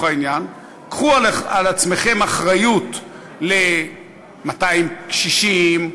העניין: קחו על עצמכן אחריות ל-200 קשישים,